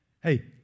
Hey